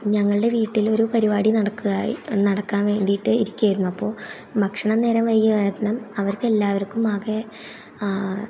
ഞങ്ങളുടെ വീട്ടിൽ ഒരു പരിപാടി നടക്കുകയായി നടക്കാൻ വേണ്ടിയിട്ട് ഇരിക്കയായിരുന്നു അപ്പോൾ ഭക്ഷണം നേരം വൈകിയ കാരണം അവർക്ക് എല്ലാവർക്കും ആകെ